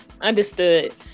understood